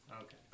Okay